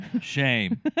Shame